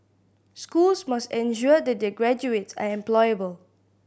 schools must ensure that their graduates are employable